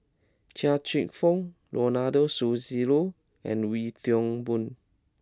Chia Cheong Fook Ronald Susilo and Wee Toon Boon